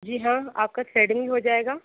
जी हाँ आपका थ्रेडिंग भी हो जाएगा